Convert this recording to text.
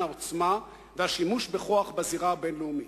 העוצמה והשימוש בכוח בזירה הבין-לאומית.